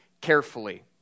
carefully